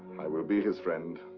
i will be his friend.